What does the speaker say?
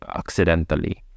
accidentally